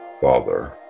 Father